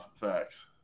Facts